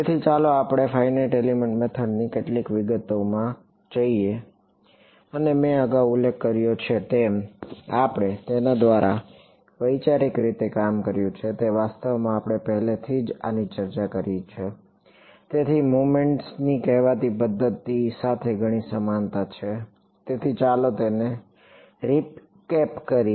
તેથી ચાલો આપણે આ ફાઇનાઇટ એલિમેન્ટ મેથડની કેટલીક વિગતોમાં જઈએ અને મેં અગાઉ ઉલ્લેખ કર્યો છે તેમ આપણે તેના દ્વારા જે વૈચારિક રીતે કામ કર્યું છે તે વાસ્તવમાં આપણે પહેલેથી જ આની ચર્ચા કરી છે તેથી મોમેન્ટ્સ ની કહેવાતી પદ્ધતિ સાથે ઘણી સમાનતા છે તેથી ચાલો તેને રીકેપ કરીએ